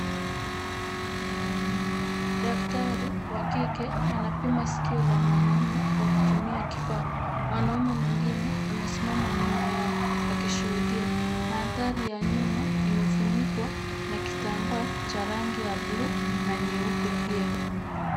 Daktari wa kike anapima sikio la mwanaume kwa kutumia kifaa. Mwanaume mwingine amesimama nyuma yao akishuhudia. Mandhari ya nyuma imefunikwa na kitambaa cha rangi ya buluu na nyeupe pia.